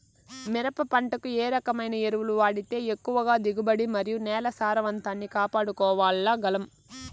మిరప పంట కు ఏ రకమైన ఎరువులు వాడితే ఎక్కువగా దిగుబడి మరియు నేల సారవంతాన్ని కాపాడుకోవాల్ల గలం?